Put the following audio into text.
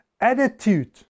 attitude